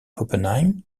oppenheim